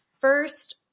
first